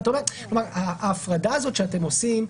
זאת אומרת ההפרדה הזאת שאתם עושים,